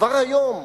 כבר היום,